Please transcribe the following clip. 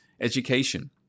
education